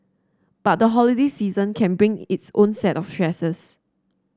but the holiday season can bring its own set of stresses